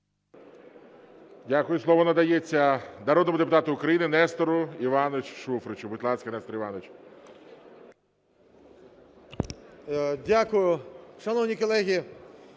Дякую. Слово надається народному депутату України Нестору Івановичу Шуфричу. Будь ласка, Нестор Іванович. 10:36:38 ШУФРИЧ Н.І.